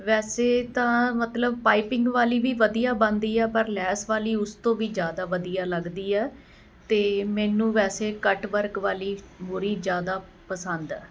ਵੈਸੇ ਤਾਂ ਮਤਲਬ ਪਾਈਪਿੰਗ ਵਾਲੀ ਵੀ ਵਧੀਆ ਬਣਦੀ ਆ ਪਰ ਲੈਸ ਵਾਲੀ ਉਸ ਤੋਂ ਵੀ ਜ਼ਿਆਦਾ ਵਧੀਆ ਲੱਗਦੀ ਆ ਅਤੇ ਮੈਨੂੰ ਵੈਸੇ ਕੱਟ ਵਰਕ ਵਾਲੀ ਮੂਰੀ ਜ਼ਿਆਦਾ ਪਸੰਦ ਆ